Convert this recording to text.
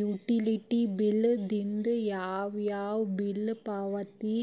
utility bill ದಿಂದ ಯಾವ ಯಾವ ಬಿಲ್ ಪಾವತಿ